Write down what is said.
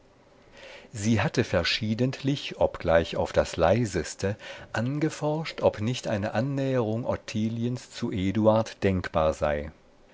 sie hatte verschiedentlich obgleich auf das leiseste angeforscht ob nicht eine annäherung ottiliens zu eduard denkbar sei